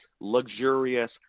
luxurious